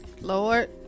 lord